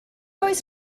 oes